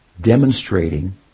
demonstrating